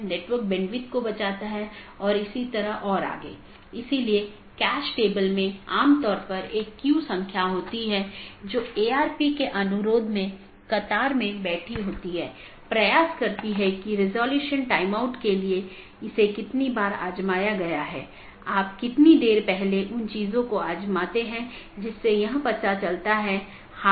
इसका मतलब है कि मार्ग इन कई AS द्वारा परिभाषित है जोकि AS की विशेषता सेट द्वारा परिभाषित किया जाता है और इस विशेषता मूल्यों का उपयोग दिए गए AS की नीति के आधार पर इष्टतम पथ खोजने के लिए किया जाता है